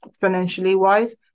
financially-wise